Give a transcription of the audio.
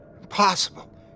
Impossible